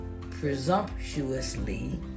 presumptuously